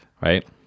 Right